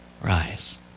rise